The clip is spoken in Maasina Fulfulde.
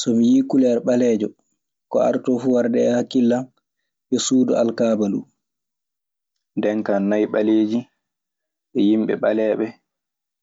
So mi yii kuleer ɓaleejo, ko adotoo fuu warde e hakkille an yo suudu alkaaba nduu. Nden kaa nay ɓaleeji e yimɓe ɓaleeɓe.